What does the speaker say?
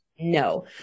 No